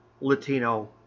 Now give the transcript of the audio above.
Latino